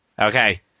Okay